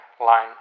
line